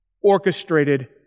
orchestrated